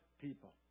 people